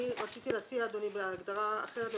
אני רציתי להציע אדוני הגדרה אחרת של